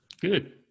Good